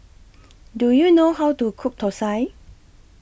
Do YOU know How to Cook Thosai